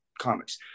comics